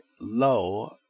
low